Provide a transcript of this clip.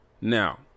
Now